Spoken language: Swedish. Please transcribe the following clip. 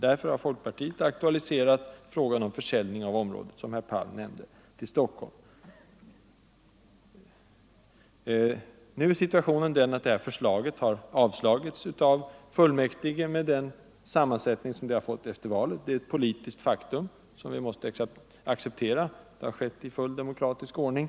Därför har folkpartiet aktualiserat frågan om en försäljning av området till Stockholms kommun, vilket herr Palm nämnde. Detta förslag har nu förkastats av fullmäktige med den sammansättning som fullmäktige har efter valet. Det är ett politiskt faktum, som vi måste acceptera. Det har skett i fullt demokratisk ordning.